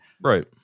Right